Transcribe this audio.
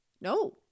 No